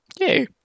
Yay